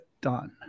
done